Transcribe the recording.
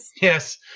yes